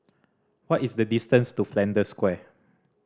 what is the distance to Flanders Square